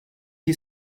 you